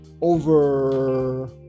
over